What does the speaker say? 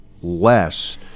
less